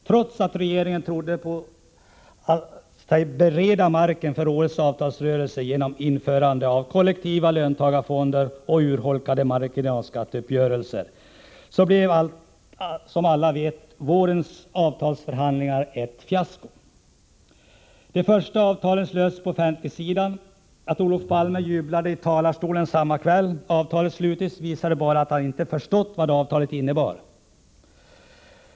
Trots att regeringen trodde sig bereda marken för årets avtalsrörelse genom införande av kollektiva löntagarfonder och urholkad marginalskatteuppgörelse, blev som alla vet vårens avtalsförhandlingar ett fiasko. De första avtalen slöts för offentligsektorn. Att Olof Palme jublade i en talarstol samma kväll avtalet slutits visade bara att han inte förstått vad avtalet innebar.